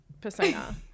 persona